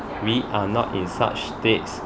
we are not in such states